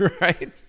Right